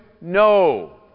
No